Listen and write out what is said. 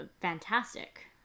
Fantastic